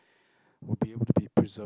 will be able to be preserved